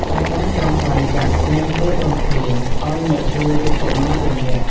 ព្រះឥន្ទ្រទ្រង់បានចាត់ នាងទេពរម្តាឱ្យមកជួយរាជកុមារ រាមលក្សណ៍។